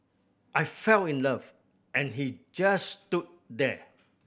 I fell in love and he just stood there